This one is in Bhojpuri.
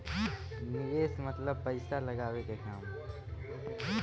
निवेस मतलब पइसा लगावे के काम